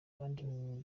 kandi